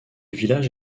village